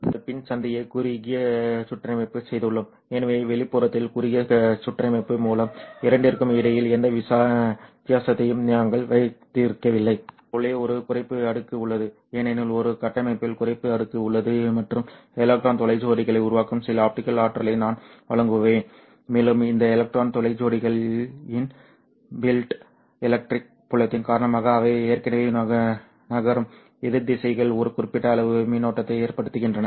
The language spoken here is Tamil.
நாங்கள் PIN சந்தியை குறுகிய சுற்றமைப்பு செய்துள்ளோம் எனவே வெளிப்புறத்தில் குறுகிய சுற்றமைப்பு மூலம் இரண்டிற்கும் இடையில் எந்த வித்தியாசத்தையும் நாங்கள் வைத்திருக்கவில்லை ஆனால் உள்ளே ஒரு குறைப்பு அடுக்கு உள்ளது ஏனெனில் ஒரு கட்டமைப்பில் குறைப்பு அடுக்கு உள்ளது மற்றும் எலக்ட்ரான் துளை ஜோடிகளை உருவாக்கும் சில ஆப்டிகல் ஆற்றலை நான் வழங்குவேன் மேலும் இந்த எலக்ட்ரான் துளை ஜோடிகள் இன் பில்ட் எலக்ட்ரிக் புலத்தின் காரணமாக அவை ஏற்கனவே நகரும் எதிர் திசைகள் ஒரு குறிப்பிட்ட அளவு மின்னோட்டத்தை ஏற்படுத்துகின்றன